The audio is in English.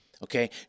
Okay